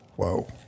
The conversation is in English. Whoa